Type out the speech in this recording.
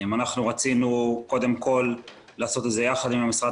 אנחנו רצינו קודם כל לעשות את זה יחד עם המשרד